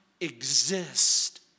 exist